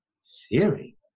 Siri